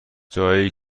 جایی